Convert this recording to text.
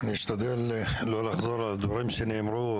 אשתדל לא לחזור על דברים שנאמרו,